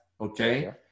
Okay